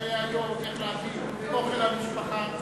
בקשיי היום, איך להביא אוכל למשפחה.